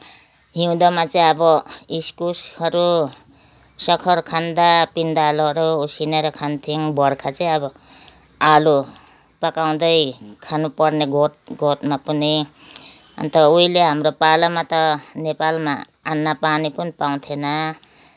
हिउँदोमा चाहिँ अब इस्कुसहरू सखरखण्ड पिँडालुहरू उसिनेर खान्थ्यौँ बर्खा चाहिँ अब आलु पकाउँदै खानुपर्ने गोठ गोठमा पनि अन्त उहिले हाम्रो पालामा त नेपालमा अन्नपानी पनि पाउँथिएन